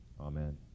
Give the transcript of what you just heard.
Amen